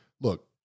look